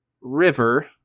river